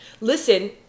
Listen